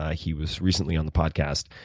ah he was recently on the podcast.